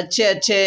اچھے اچھے